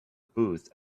booth